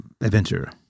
adventure